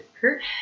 Kurt